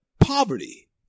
poverty